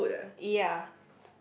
ya